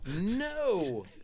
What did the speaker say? No